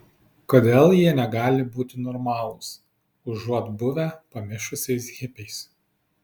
kodėl jie negali būti normalūs užuot buvę pamišusiais hipiais